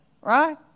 Right